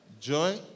joy